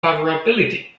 favorability